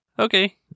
Okay